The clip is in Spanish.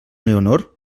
leonor